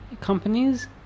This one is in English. companies